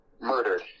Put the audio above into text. murdered